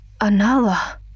Anala